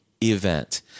event